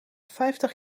vijftig